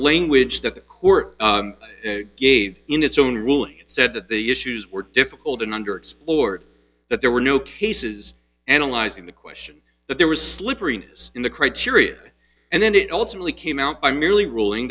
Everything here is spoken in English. language that the court gave in its own ruling and said that the issues were difficult and under explored that there were no cases analyzing the question that there was slippery news in the criteria and then it ultimately came out i merely ruling